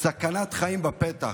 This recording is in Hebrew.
סכנת חיים בפתח.